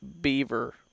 beaver